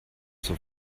zur